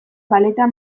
paleta